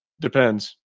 Depends